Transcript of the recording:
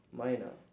mine ah